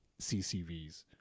ccvs